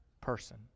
person